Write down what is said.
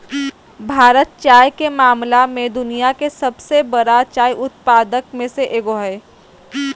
भारत चाय के मामला में दुनिया के सबसे बरा चाय उत्पादक में से एगो हइ